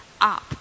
up